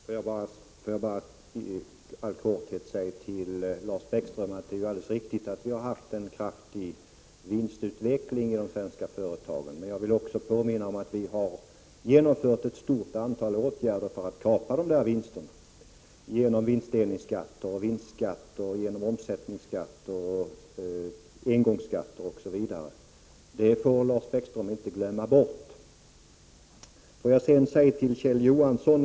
Fru talman! Låt mig bara i all korthet säga till Lars Bäckström att det är alldeles riktigt att vi har haft en kraftig vinstutveckling i de svenska företagen. Men jag vill också påminna om att vi har genomfört ett stort antal åtgärder för att kapa vinsterna — vinstdelningsskatter och vinstskatter, omsättningsskatter, engångsskatter, osv. Det får Lars Bäckström inte glömma bort. Låt mig sedan säga några ord till Kjell Johansson.